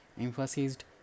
emphasized